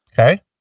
Okay